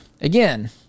again